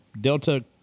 Delta